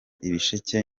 ibisheke